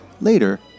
Later